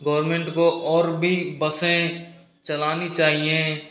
government को और भी बसें चलानी चाहिए